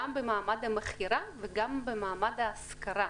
גם במעמד המכירה וגם במעמד ההשכרה.